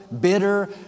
bitter